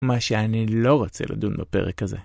מה שאני לא רוצה לדון בפרק הזה.